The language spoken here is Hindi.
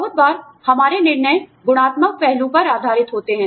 बहुत बार हमारे निर्णय गुणात्मक पहलू पर आधारित होते हैं